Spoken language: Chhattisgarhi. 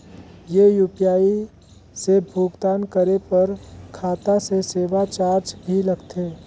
ये यू.पी.आई से भुगतान करे पर खाता से सेवा चार्ज भी लगथे?